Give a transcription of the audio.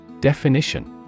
Definition